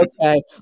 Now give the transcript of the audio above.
okay